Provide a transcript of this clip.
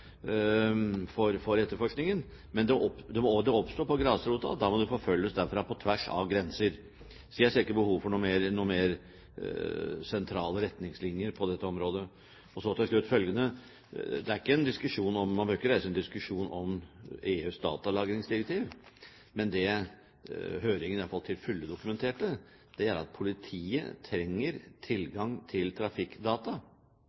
for etterforskningen, men den oppstår på grasrota. Da må den forfølges derfra, på tvers av grenser. Så jeg ser ikke behov for mer sentrale retningslinjer på dette området. Til slutt følgende: Man behøver ikke reise en diskusjon om EUs datalagringsdirektiv, men det høringen iallfall til fulle dokumenterte, er at politiet trenger